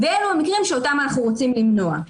ואלו המקרים שאותם אנחנו רוצים למנוע.